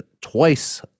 twice